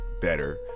better